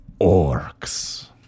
Orcs